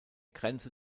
grenze